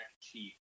chief